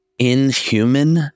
inhuman